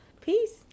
Peace